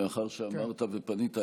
מאחר שאמרת ופנית אליי,